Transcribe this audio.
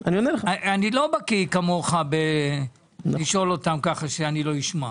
לא בקיא כמוך לשאול אותם ככה שאני לא אשמע.